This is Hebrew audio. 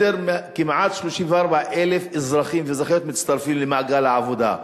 כמעט 34,000 אזרחים ואזרחיות מצטרפים למעגל העבודה.